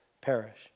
perish